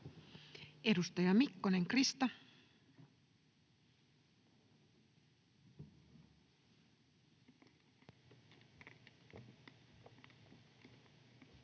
Edustaja Mikkonen, Krista.